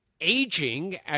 aging